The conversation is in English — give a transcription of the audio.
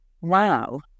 Wow